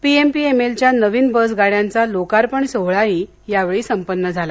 पीएमपीएमएलच्या नवीन बस गाड्यांचा लोकार्पण सोहळाही यावेळी संपन्न झाला